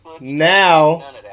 now